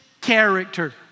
character